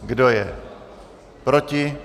Kdo je proti?